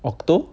octo